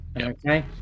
Okay